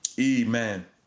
Amen